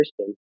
Christian